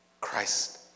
Christ